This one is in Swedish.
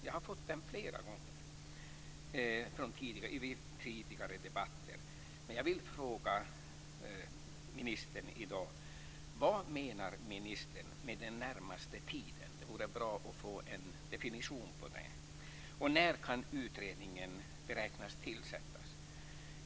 Jag har fått det flera gånger i tidigare debatter. Jag vill i dag fråga ministern: Vad menar ministern med "den närmaste tiden"? Det vore bra att få en definition på det. Och när kan utredningen beräknas tillsättas?